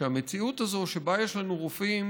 שהמציאות הזאת שבה יש לנו רופאים,